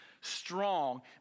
strong